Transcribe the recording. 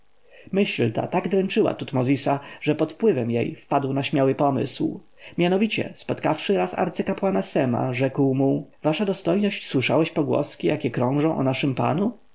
myśl ta tak dręczyła tutmozisa że pod wpływem jej wpadł na śmiały pomysł mianowicie spotkawszy raz arcykapłana sema rzekł mu wasza dostojność słyszałeś pogłoski jakie krążą o naszym panu